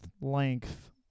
length